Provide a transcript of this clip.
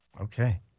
Okay